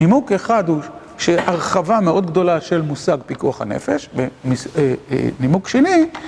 נימוק אחד הוא שהרחבה מאוד גדולה של מושג פיקוח הנפש, ונימוק שני...